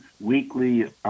weekly